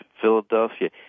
Philadelphia